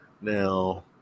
Now